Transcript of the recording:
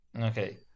Okay